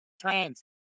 trans